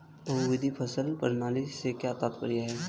बहुविध फसल प्रणाली से क्या तात्पर्य है?